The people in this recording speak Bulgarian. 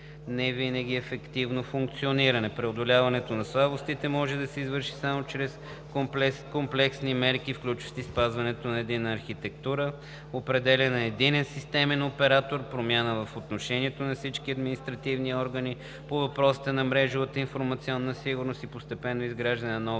не винаги ефективно функциониране. Преодоляването на слабостите може да се извърши само чрез комплексни мерки, включващи спазването на единна архитектура, определяне на единен системен оператор, промяна в отношението на всички административни органи по въпросите на мрежовата и информационната сигурност и постепенното изграждане на нова